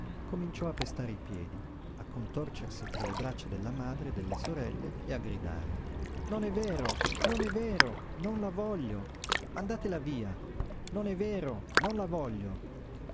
cominciò a pestare i piedi a contorcersi tra le braccia della madre e delle sorelle e a gridare non è vero non è vero non la voglio mandatela via non è vero non la voglio